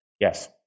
Yes